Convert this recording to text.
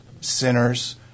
sinners